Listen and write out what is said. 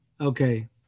Okay